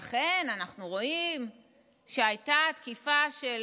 ואכן אנחנו רואים שהייתה תקיפה של